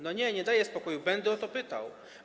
No nie, nie daję spokoju, będę o to pytał.